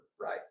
right